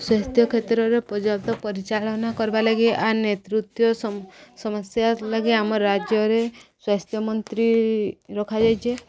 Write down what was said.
ସ୍ୱାସ୍ଥ୍ୟ କ୍ଷେତ୍ରରେ ପର୍ଯ୍ୟାପ୍ତ ପରିଚାଳନା କରବାର୍ ଲାଗି ଆର୍ ନେତୃତ୍ୱ ସମସ୍ୟା ଲାଗି ଆମ ରାଜ୍ୟରେ ସ୍ୱାସ୍ଥ୍ୟମନ୍ତ୍ରୀ ରଖାଯାଇଚେ